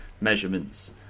measurements